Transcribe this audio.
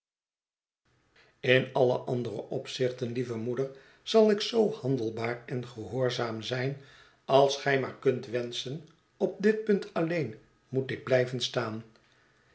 in alle andere opzichten lieve moeder zal ik zoo handelbaar en gehoorzaam zijn als gij maar kunt wenschen op dit punt alleen moet ik blijven staan